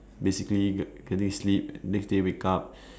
basically go to sleep and next day wake up